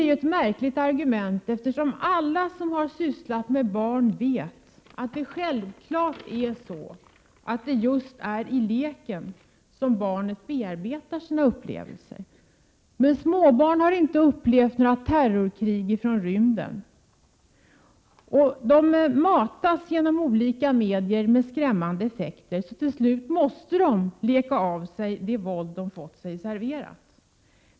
Det är ett märkligt argument, eftersom alla som syssslat med barn vet att det är just i leken som barnet bearbetar sina upplevelser. Men småbarn har inte upplevt några terrorkrig från rymden. De matas genom olika medier med skrämmande effekter, och till slut måste de leka av sig det våld de fått sig serverat.